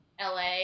LA